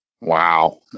Wow